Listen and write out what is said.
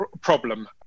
problem